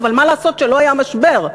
אבל מה לעשות שלא היה משבר.